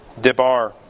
debar